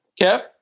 Kev